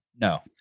No